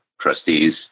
trustees